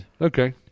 Okay